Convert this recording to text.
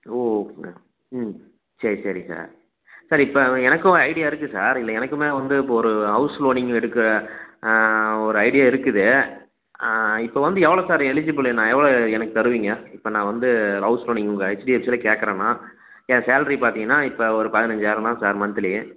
ஓ ம் சரி சரி சார் சார் இப்போ எனக்கும் ஐடியா இருக்குது சார் இல்லை எனக்கும் வந்து இப்போ ஒரு ஹவுஸ் லோனிங் எடுக்க ஒரு ஐடியா இருக்குது இப்போ வந்து எவ்வளோ சார் எலிஜிபுளு நான் எவ்வளோ எனக்கு தருவீங்க இப்போ நான் வந்து ஹவுஸ் லோனிங் உங்கள் ஹெச்டிஎஃப்சியில் கேட்குறேன் நான் என் சேலரி பார்த்தீங்கன்னா இப்போ ஒரு பதினைஞ்சாயரம் தான் சார் மன்த்லி